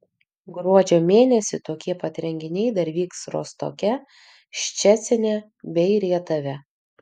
gruodžio mėnesį tokie pat renginiai dar vyks rostoke ščecine bei rietave